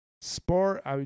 sport